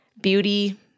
beauty